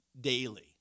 daily